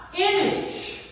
Image